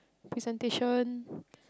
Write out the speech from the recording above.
presentation